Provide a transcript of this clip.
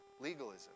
legalism